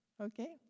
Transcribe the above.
Okay